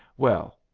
well,